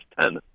ten